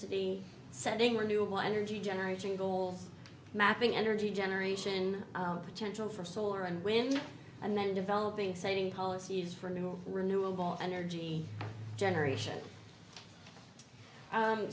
ity setting renewable energy generating goals mapping energy generation potential for solar and wind and then developing saving policies for new renewable energy generation